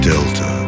Delta